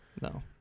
No